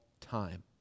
time